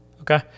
Okay